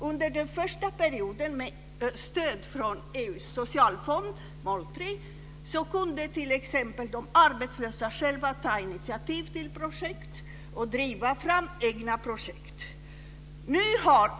Under den första perioden med stöd från EU:s socialfond, mål 3, kunde t.ex. de arbetslösa ta initiativ till projekt och driva fram egna projekt.